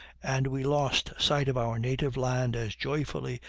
and we lost sight of our native land as joyfully,